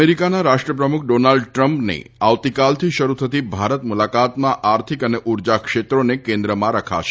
અમેરિકાના રાષ્ટ્ર પ્રમુખ ડોનાલ્ડ ટ્રમ્પની આવતીકાલથી શરૂ થતી ભારત મુલાકાતમાં આર્થિક અને ઊર્જા ક્ષેત્રોને કેન્દ્રમાં રખાશે